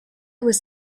was